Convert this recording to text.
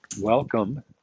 Welcome